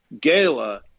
Gala